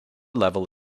level